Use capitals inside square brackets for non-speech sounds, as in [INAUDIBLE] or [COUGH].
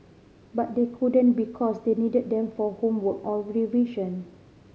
but they couldn't because they needed them for homework or [UNINTELLIGIBLE] vision